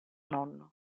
nonno